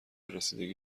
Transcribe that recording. رسیدگی